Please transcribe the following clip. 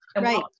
Right